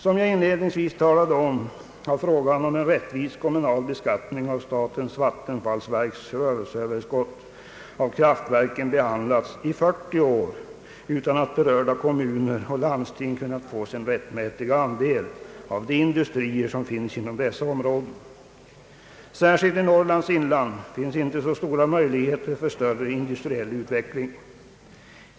Som jag inledningsvis nämnde har frågan om en rättvis kommunal beskattning av statens vattenfallsverks rörelseöverskott av kraftverken behandlats i 40 år utan att berörda kommuner och landsting kunnat få sin rättmätiga andel från de industrier, som finns inom dessa områden. Särskilt i Norrlands inland finns inte så stora möjligheter för större industriell utveckling.